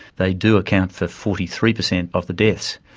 they do account for forty three percent of the deaths.